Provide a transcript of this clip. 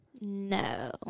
No